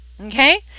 Okay